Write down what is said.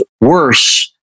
worse